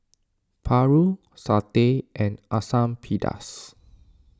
Paru Satay and Asam Pedas